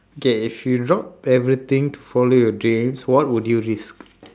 okay if you drop everything to follow your dreams what would you risk